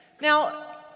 Now